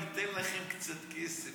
אני אתן לכם קצת כסף.